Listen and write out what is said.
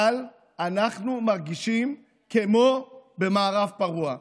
אבל אנחנו מרגישים כמו במערב פרוע.